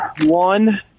one